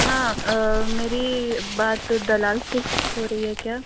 हाँ मेरी बात दलाल से हो रही है क्या